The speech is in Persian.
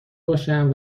باشم